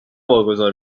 واگذار